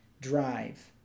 drive